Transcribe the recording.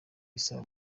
bisaba